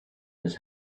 his